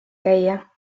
käia